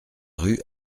rue